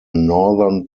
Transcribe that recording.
northern